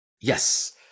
Yes